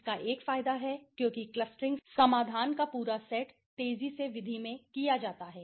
इसका एक फायदा है क्योंकि क्लस्टरिंग समाधान का पूरा सेट तेजी से विधि में किया जाता है